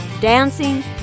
dancing